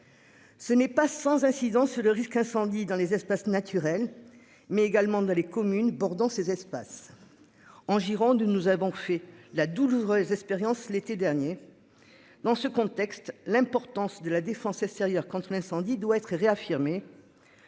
Ce n'est pas sans incidence sur le risque incendie dans les espaces naturels mais également dans les communes bordant ces espaces. En Gironde, nous avons fait la douloureuse expérience. L'été dernier. Dans ce contexte, l'importance de la défense extérieure contre incendie doit être réaffirmée.